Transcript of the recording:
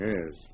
Yes